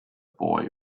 boy